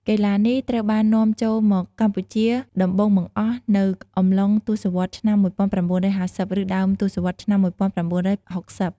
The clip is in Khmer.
កីឡានេះត្រូវបាននាំចូលមកកម្ពុជាដំបូងបង្អស់នៅ អំឡុងទសវត្សរ៍ឆ្នាំ១៩៥០ ឬដើមទសវត្សរ៍ឆ្នាំ១៩៦០ ។